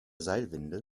seilwinde